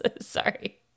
Sorry